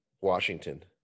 Washington